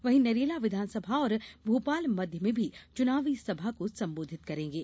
वहीं नरेला विधानसभा और भोपाल मध्य में भी चुनाव सभा को संबोधित करेंगे